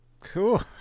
cool